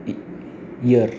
इ year